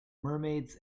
mermaids